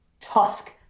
Tusk